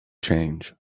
change